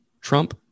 Trump